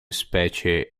specie